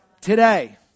today